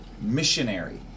missionary